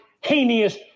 heinous